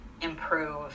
improve